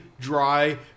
dry